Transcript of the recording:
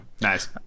Nice